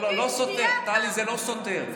לא, טלי, זה לא סותר.